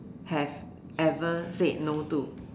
have ever said no to